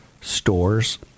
stores